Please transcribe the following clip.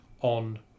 on